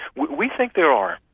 we think there are.